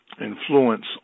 influence